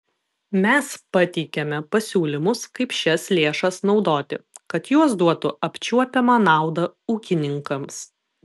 mes pateikėme pasiūlymus kaip šias lėšas naudoti kad jos duotų apčiuopiamą naudą ūkininkams